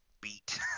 beat